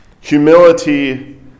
Humility